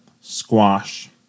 squash